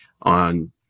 on